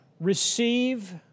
Receive